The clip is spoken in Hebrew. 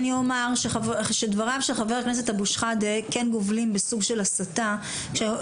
אני אומר שדבריו של חבר הכנסת אבו שחאדה כן גובלים בסוג של הסתה שמנסים